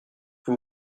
vous